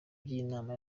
by’inama